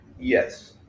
Yes